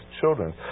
children